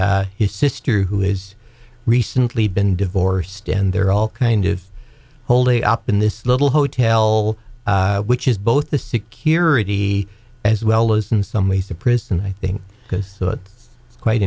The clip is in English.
his sister who has recently been divorced and they're all kind of holding up in this little hotel which is both the security as well as in some ways the prison i thin